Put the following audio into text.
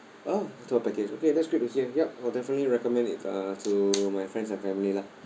oh tour package okay that's great to hear yup I'll definitely recommend it uh to my friends and family lah